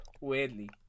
weirdly